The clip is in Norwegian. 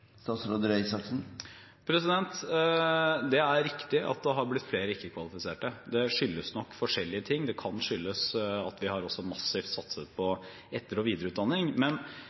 Det er riktig at det har blitt flere ikke-kvalifiserte. Det skyldes nok forskjellige ting. Det kan skyldes at vi også har satset massivt på etter- og videreutdanning. Men